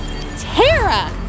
Tara